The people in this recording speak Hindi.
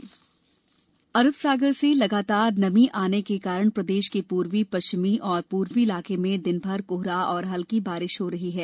मौसम अरब सागर से लगातार नमी के आने के कारण प्रदेश के पूर्वी पश्चिमी और पूर्वी इलाके में दिनभर कोहरा और हल्की बारिश हो रही है